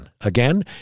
Again